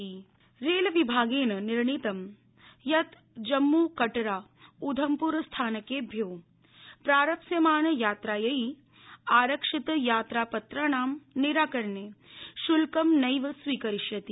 जम्म रेल रल्विभाग निर्णीतं यत् जम्मू कटरा उधमप्र स्थानकध्यो प्रारप्स्यमाण यात्रायै आरक्षित यात्रापत्राणां निराकण श्ल्कं नैव स्वीकरिष्यति